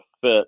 fit